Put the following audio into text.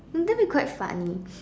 that would be quite funny